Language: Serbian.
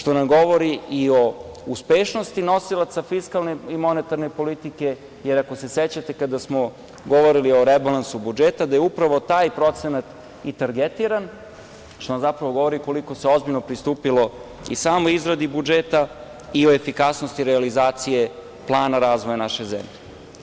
To nam govori i o uspešnosti nosilaca fiskalne i monetarne politike, jer, ako se sećate, kada smo govorili o rebalansu budžeta, upravo je taj procenat i targetiran, što nam zapravo govori koliko se ozbiljno pristupilo i samoj izradi budžeta i o efikasnosti realizacije plana razvoja naše zemlje.